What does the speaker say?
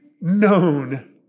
known